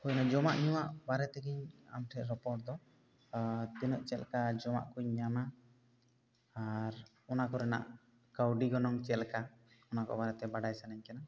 ᱡᱚᱢᱟᱜ ᱧᱩᱣᱟᱜ ᱵᱟᱨᱮ ᱛᱮᱜᱮᱧ ᱟᱢ ᱴᱷᱮᱱ ᱨᱚᱯᱚᱲ ᱫᱚ ᱟ ᱛᱤᱱᱟᱹᱜ ᱪᱮᱫ ᱞᱮᱠᱟ ᱡᱚᱢᱟᱜ ᱠᱚᱹᱧ ᱧᱟᱢᱟ ᱟᱨ ᱚᱱᱟ ᱠᱚᱨᱮᱱᱟᱜ ᱠᱟᱹᱣᱰᱤ ᱜᱚᱱᱚᱢ ᱪᱮᱫ ᱞᱮᱠᱟ ᱚᱱᱟ ᱠᱚ ᱵᱟᱨᱮ ᱛᱮ ᱵᱟᱲᱟᱭ ᱥᱟᱱᱟᱹᱧ ᱠᱟᱱᱟ